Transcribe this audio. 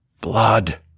Blood